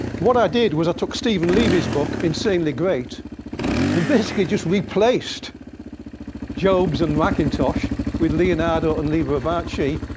what i did was i took stephen levy's book, insanely great and basically just replaced jobs and macintosh with leonardo and liber abaci,